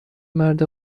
مرد